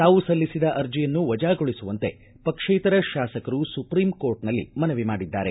ತಾವು ಸಲ್ಲಿಸಿದ ಅರ್ಜಿಯನ್ನು ವಜಾಗೊಳಿಸುವಂತೆ ಪಕ್ಷೇತರ ಶಾಸಕರು ಸುಪ್ರೀಂ ಕೋರ್ಟ್ನಲ್ಲಿ ಮನವಿ ಮಾಡಿದ್ದಾರೆ